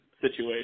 situation